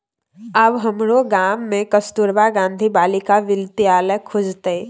आब हमरो गाम मे कस्तूरबा गांधी बालिका विद्यालय खुजतै